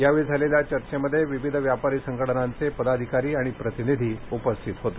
यावेळी झालेल्या चर्चेमध्ये विविध व्यापारी संघटनांचे पदाधिकारी प्रतिनिधी उपस्थित होते